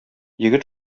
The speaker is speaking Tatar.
егет